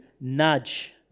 nudge